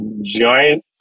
giant